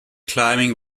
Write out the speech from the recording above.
climbing